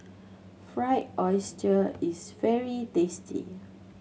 Fried Oyster is very tasty